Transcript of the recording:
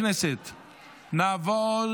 22 בעד, שבעה מתנגדים, אפס נמנעים.